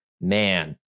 Man